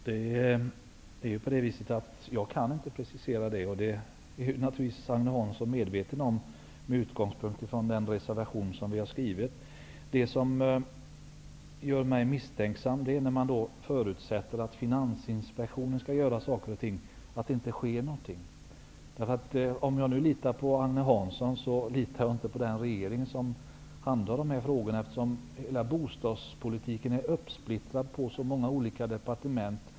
Herr talman! Jag kan inte precisera det. Det är naturligtvis Agne Hansson medveten om med utgångspunkt i den reservation som vi har skrivit. Det gör mig litet misstänksam att man förutsätter att Finansinspektionen skall göra saker och ting -- jag är rädd för att det inte händer någonting. Om jag nu litar på Agne Hansson, litar jag inte på den regering som handhar dessa frågor, eftersom hela bostadspolitiken är uppsplittrad på många olika departement.